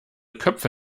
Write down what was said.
köpfe